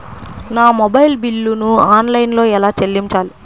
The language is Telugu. నా మొబైల్ బిల్లును ఆన్లైన్లో ఎలా చెల్లించాలి?